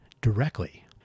directly